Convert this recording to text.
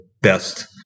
best